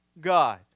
God